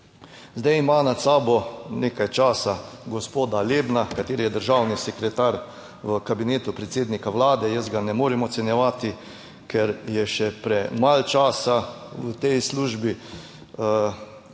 Zdaj ima nad sabo nekaj časa gospoda Lebna, kateri je državni sekretar v Kabinetu predsednika vlade, jaz ga ne morem ocenjevati, ker je še premalo časa v tej službi. Tako da